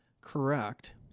correct